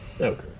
Okay